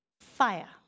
Fire